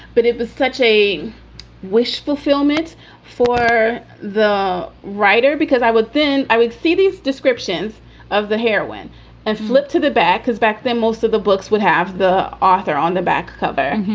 but it was such a wish fulfillment for the writer, because i would think i would see these descriptions of the heroine and flip to the back, because back then, most of the books would have the author on the back cover